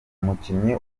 umukinnyi